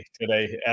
today